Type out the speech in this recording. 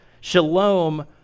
Shalom